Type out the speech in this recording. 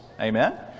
Amen